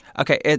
Okay